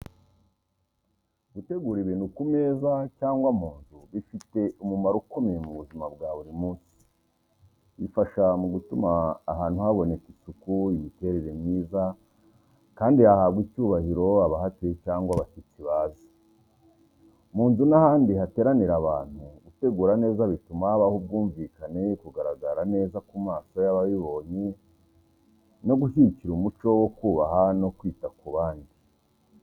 Gutegura ibintu ku meza cyangwa mu nzu bifite umumaro ukomeye mu buzima bwa buri munsi. Bifasha mu gutuma ahantu haboneka isuku, imiterere myiza kandi hahabwa icyubahiro abahatuye cyangwa abashyitsi baza. Mu nzu n’ahandi hateranira abantu, gutegura neza bituma habaho ubwumvikane, kugaragara neza ku maso y’ababibonye, no gushyigikira umuco wo kubaha no kwita ku bandi.